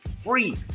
free